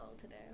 today